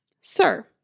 sir